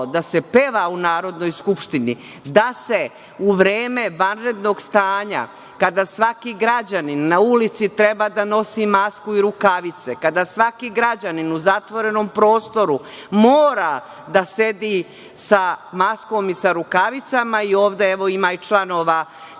da se peva u Narodnoj skupštini, da se u vreme vanrednog stanja kada svaki građanin na ulici treba da nosi masku i rukavice, kada svaki građanin u zatvorenom prostoru mora da sedi sa maskom i rukavicama. Ovde ima i članova